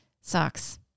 sucks